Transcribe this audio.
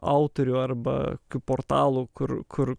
autorių arba portalų kur kur